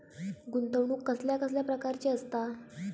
गुंतवणूक कसल्या कसल्या प्रकाराची असता?